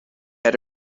had